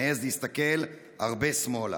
מעז להסתכל הרבה שמאלה.